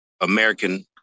American